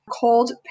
cold